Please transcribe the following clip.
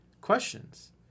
questions